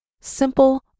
simple